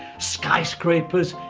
skyscrapers,